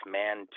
man